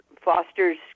fosters